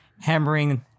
hammering